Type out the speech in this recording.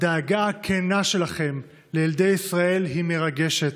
הדאגה הכנה שלכם לילדי ישראל, היא מרגשת,